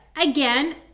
Again